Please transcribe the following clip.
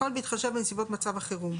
הכול בהתחשב בנסיבות מצב החירום,